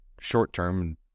short-term